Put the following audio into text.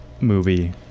movie